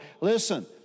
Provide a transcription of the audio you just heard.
Listen